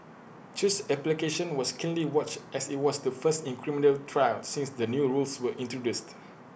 chew's application was keenly watched as IT was the first in A criminal trial since the new rules were introduced